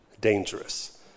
dangerous